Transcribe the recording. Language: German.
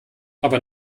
aber